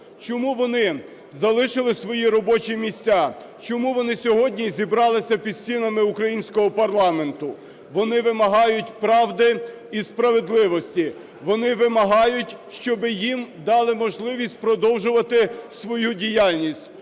Чому вони залишили свої робочі місця? Чому вони сьогодні зібралися під станами українського парламенту? Вони вимагають правди і справедливості. Вони вимагають, щоб їм дали можливість продовжувати свою діяльність,